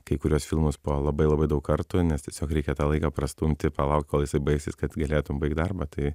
kai kurios filmus po labai labai daug kartų nes tiesiog reikia tą laiką prastumti palaukt kol jisai baisisi kad galėtum baigt darbą tai